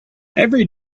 every